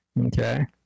Okay